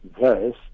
verse